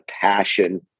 passion